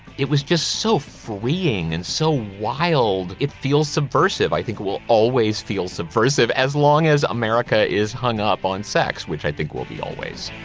it was just so freeing and so wild it feels subversive. i think it will always feel subversive as long as america is hung up on sex which i think will be always.